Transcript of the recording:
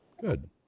good